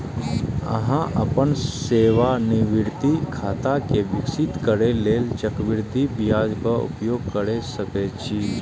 अहां अपन सेवानिवृत्ति खाता कें विकसित करै लेल चक्रवृद्धि ब्याजक उपयोग कैर सकै छी